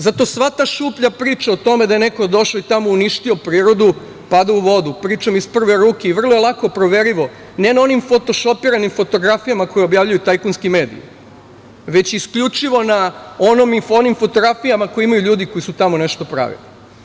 Zato sva ta šuplja priča o tome da je neko došao i tamo uništio prirodu pada u vodu, pričam iz prve ruke i vrlo je lako proverljivo, ne na onim fotošopiranim fotografijama koje objavljuju tajkunski mediji, već isključivo na onim fotografijama koji imaju ljudi koji su tamo nešto pravili.